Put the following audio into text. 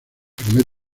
primer